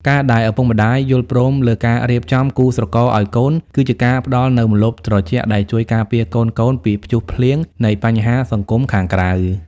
ការដែលឪពុកម្ដាយយល់ព្រមលើការរៀបចំគូស្រករឱ្យកូន គឺជាការផ្ដល់នូវ "ម្លប់ត្រជាក់" ដែលជួយការពារកូនៗពីព្យុះភ្លៀងនៃបញ្ហាសង្គមខាងក្រៅ។